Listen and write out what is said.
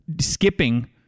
skipping